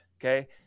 Okay